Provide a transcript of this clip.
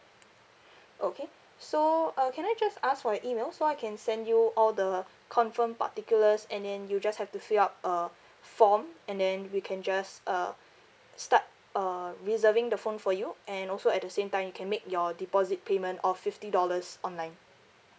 okay so uh can I just ask for your email so I can send you all the confirmed particulars and then you just have to fill up a form and then we can just uh start uh reserving the phone for you and also at the same time you can make your deposit payment of fifty dollars online